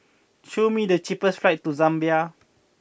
show me the cheapest flights to Zambia